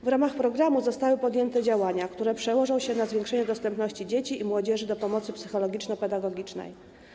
W ramach programu zostały podjęte działania, które przełożą się na zwiększenie dostępu dzieci i młodzieży do pomocy psychologiczno-pedagogicznej.